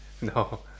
No